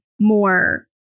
more